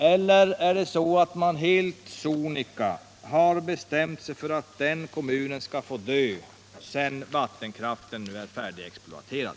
Eller har man helt sonika bestämt sig för att den kommunen skall få dö sedan vattenkraften nu är färdigexploaterad?